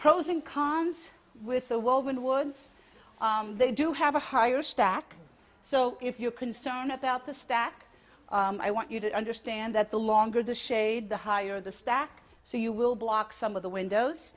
pros and cons with the world when words they do have a higher stack so if you're concerned about the stack i want you to understand that the longer the shade the higher the stack so you will block some of the windows